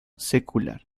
secular